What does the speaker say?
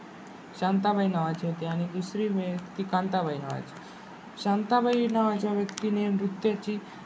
शांताबाई नावाची होते आणि दुसरी व्यक्ती कांताबाई नावाची शांताबाई नावाच्या व्यक्तीने नृत्याची